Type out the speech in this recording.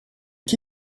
qui